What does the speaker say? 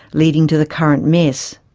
leading to the current mess.